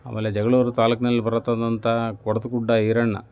ಆ ಮೇಲೆ ಜಗಳೂರು ತಾಲೂಕಿನಲ್ಲಿ ಬರುತನಂಥ ಕೊಡದ ಗುಡ್ಡ ಈರಣ್ಣ